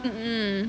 mm